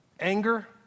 Anger